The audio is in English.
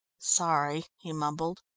sorry, he mumbled,